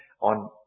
on